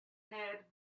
head